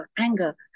anger